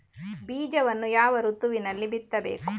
ಬೀಜವನ್ನು ಯಾವ ಋತುವಿನಲ್ಲಿ ಬಿತ್ತಬೇಕು?